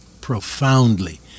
profoundly